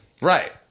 right